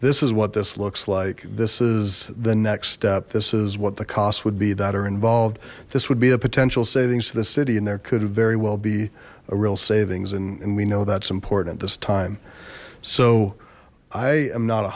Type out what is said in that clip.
this is what this looks like this is the next step this is what the cost would be that are involved this would be a potential savings to the city and there could very well be a real savings and we know that's important at this time so i am not a